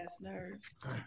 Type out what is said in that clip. nerves